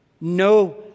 no